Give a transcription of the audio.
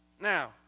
Now